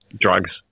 drugs